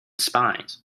spines